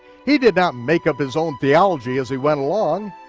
he did not make up his own theology as he went along,